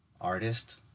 Artist